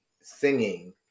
singing